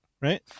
Right